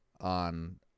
on